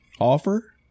offer